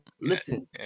listen